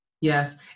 Yes